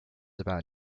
about